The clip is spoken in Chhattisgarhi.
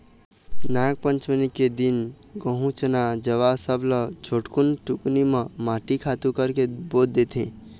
नागपंचमी के दिन गहूँ, चना, जवां सब ल छोटकुन टुकनी म माटी खातू करके बो देथे